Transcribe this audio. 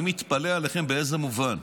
אני מתפלא עליכם, באיזה מובן?